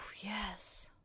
yes